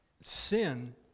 sin